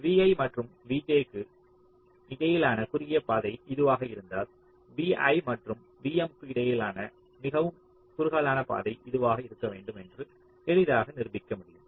vi மற்றும் vj க்கு இடையிலான குறுகிய பாதை இதுவாக இருந்தால் vi மற்றும் vm க்கு இடையிலான மிகவும் குறுகலான பாதை இதுவாக இருக்க வேண்டும் என்று எளிதாக நிரூபிக்க முடியும்